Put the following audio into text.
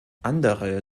andere